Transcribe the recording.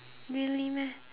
really meh